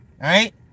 right